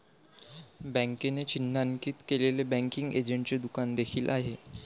बँकेने चिन्हांकित केलेले बँकिंग एजंटचे दुकान देखील आहे